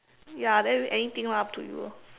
ya then anything lah up to you lor